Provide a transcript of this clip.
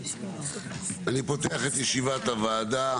אני פותח את ישיבת הוועדה